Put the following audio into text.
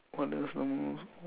what is the most